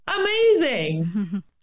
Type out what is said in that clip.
amazing